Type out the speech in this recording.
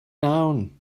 down